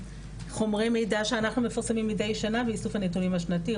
החומרי מידע שאנחנו מפרסמים מדי שנה באיסוף הנתונים השנתי,